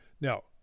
Now